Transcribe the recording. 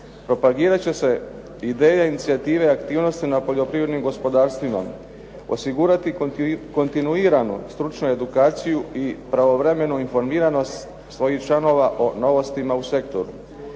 Propagirat će se ideje i inicijative aktivnosti na poljoprivrednim gospodarstvima, osigurati kontinuiranu stručnu edukaciju i pravovremenu informiranost svojih članova o novostima u sektoru.